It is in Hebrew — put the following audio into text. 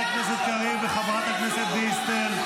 אסון ------ שחררו אותך מהמרפסת במצודת זאב.